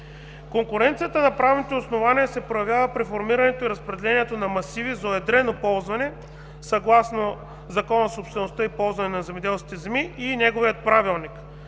Конкуренцията на правните основания се проявява при формирането и разпределението на масиви за уедрено ползване съгласно Закона за собствеността и ползването на земеделските земи и неговия Правилник,